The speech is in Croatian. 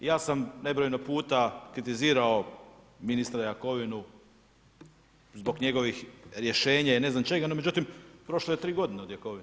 Ja sam nebrojeno puta kritizirao ministra Jakovinu zbog njegovih rješenja i ne znam čega, no međutim, prošlo je 3 godine od Jakovine.